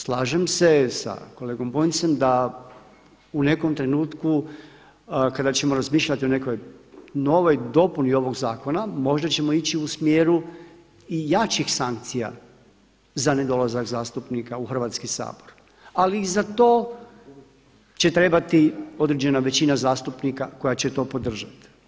Slažem se sa kolegom Bunjcem, da u nekom trenutku kada ćemo razmišljati o nekoj novoj dopuni ovog zakona možda ćemo ići u smjeru i jačih sankcija za nedolazak zastupnika u Hrvatski sabor ali i za to će trebati određena većina zastupnika koja će to podržati.